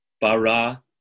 bara